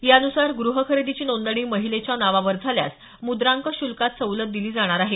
यान्सार ग्रहखरेदीची नोंदणी महिलेच्या नावावर झाल्यास मुद्रांक शुल्कात सवलत दिली जाणार आहे